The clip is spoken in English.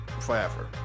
forever